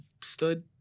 stood